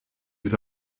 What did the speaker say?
ils